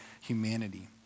humanity